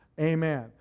amen